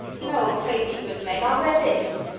no, pray thee, good meg, i'll wear this.